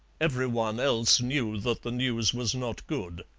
every one else knew that the news was not good.